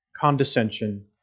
condescension